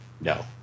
No